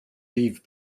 leave